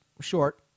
short